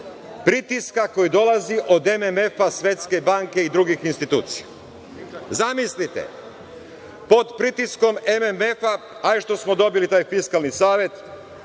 pritiska koji dolazi od MMF, Svetske banke i drugih institucija. Zamislite, pod pritiskom MMF, hajde što smo dobili taj Fiskalni savet,